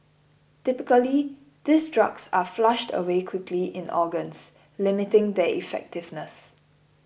typically these drugs are flushed away quickly in organs limiting their effectiveness